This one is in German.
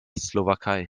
slowakei